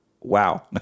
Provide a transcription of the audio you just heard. wow